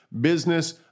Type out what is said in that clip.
business